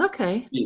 okay